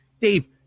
Dave